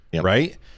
right